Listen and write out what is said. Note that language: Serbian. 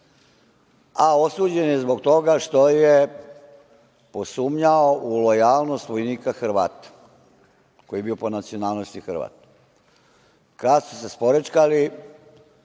a osuđen je zbog toga što je posumnjao u lojalnost vojnika Hrvata, koji je bio po nacionalnosti Hrvat. Kada su se sporečkali,